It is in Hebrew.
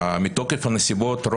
מתוקף הנסיבות,